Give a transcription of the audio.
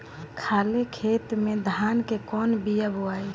खाले खेत में धान के कौन बीया बोआई?